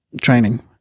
training